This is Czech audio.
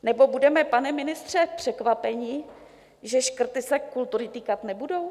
Nebo budeme, pane ministře, překvapeni, že škrty se kultury týkat nebudou?